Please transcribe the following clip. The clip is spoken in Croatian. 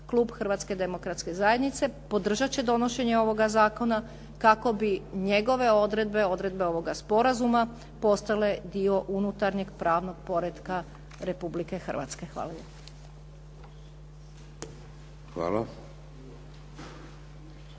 klub Hrvatske demokratske zajednice podržat će donošenje ovoga zakona kako bi njegove odredbe, odredbe ovoga sporazuma postale dio unutarnjeg pravnog poretka Republike Hrvatske. Hvala lijepo.